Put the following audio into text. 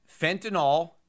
fentanyl